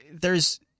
there's-